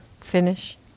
finish